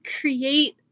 create